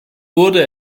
wurde